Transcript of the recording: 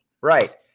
Right